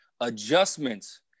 adjustments